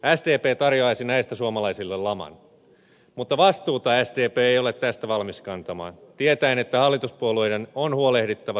sdp tarjoaisi näistä suomalaisille laman mutta vastuuta sdp ei ole tästä valmis kantamaan tietäen että hallituspuolueiden on huolehdittava suomalaisten tulevaisuudesta